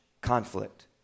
conflict